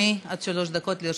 שלוש דקות לרשותך.